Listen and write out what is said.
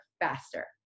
faster